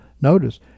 Notice